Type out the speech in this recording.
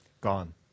Gone